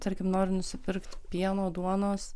tarkim nori nusipirkti pieno duonos